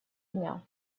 дня